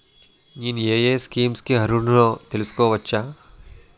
నేను యే యే స్కీమ్స్ కి అర్హుడినో తెలుసుకోవచ్చా?